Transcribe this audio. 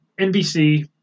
nbc